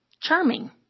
Charming